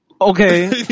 Okay